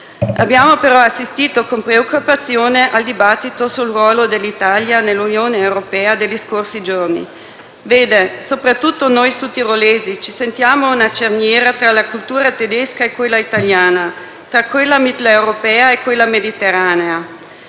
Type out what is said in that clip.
Abbiamo però assistito con preoccupazione al dibattito sul ruolo dell'Italia nell'Unione europea degli scorsi giorni. Soprattutto noi sudtirolesi ci sentiamo una cerniera tra la cultura tedesca e quella italiana, tra quella mitteleuropea e quella mediterranea;